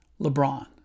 LeBron